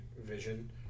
vision